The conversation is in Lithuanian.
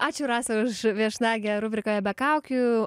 ačiū rasai už viešnagę rubrikoje be kaukių